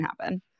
happen